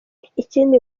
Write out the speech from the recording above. ikindi